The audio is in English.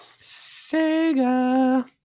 Sega